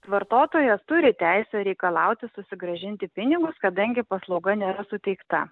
vartotojas turi teisę reikalauti susigrąžinti pinigus kadangi paslauga nėra suteikta